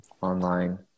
online